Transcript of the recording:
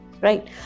right